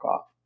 off